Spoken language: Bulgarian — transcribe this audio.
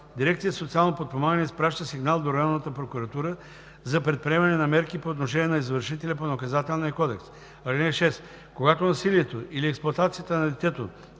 дирекция „Социално подпомагане“ изпраща сигнал до районната прокуратура за предприемане на мерки по отношение на извършителя по Наказателния кодекс. (6) Когато насилието или експлоатацията на детето